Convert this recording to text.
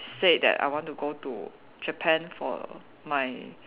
said that I want to go to Japan for my